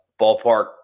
Ballpark